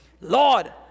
Lord